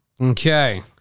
Okay